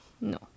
No